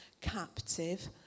captive